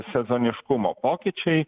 sezoniškumo pokyčiai